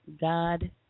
god